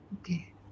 okay